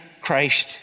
Christ